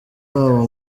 wabo